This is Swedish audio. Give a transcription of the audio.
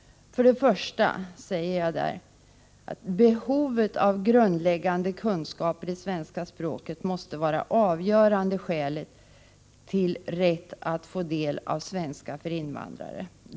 Först och främst framhåller jag där att ”behovet av grundläggande kunskaper i svenska språket måste vara det avgörande skälet till rätt att få del av svenska för invandrare.